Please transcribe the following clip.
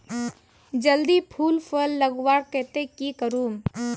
जल्दी फूल फल लगवार केते की करूम?